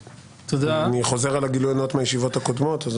אני חוזר על הגילוי הנאות מהישיבות הקודמות.